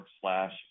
slash